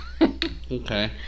okay